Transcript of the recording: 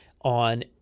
on